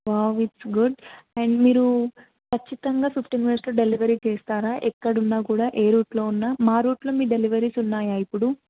wow it's good and మీరు ఖచ్చితంగా fifteen మినిట్స్లో డెలివరీ చేస్తారా ఎక్కడున్నా కూడా ఏ రూట్లో ఉన్నా మా రూట్లో మీ డెలివరీస్ ఉన్నాయా ఇప్పుడు